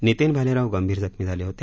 नितीन भालेराव गंभार जखमी झाले होते